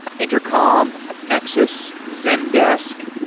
intercom, appnexus, zendesk,